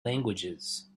languages